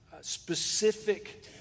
specific